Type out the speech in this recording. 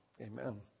Amen